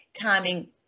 Timing